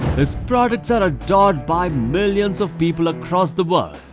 his products are adored by millions of people across the world.